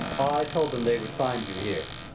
i told them they would find you here.